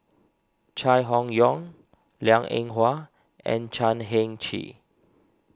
Chai Hon Yoong Liang Eng Hwa and Chan Heng Chee